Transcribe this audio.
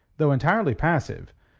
though entirely passive,